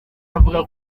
avuga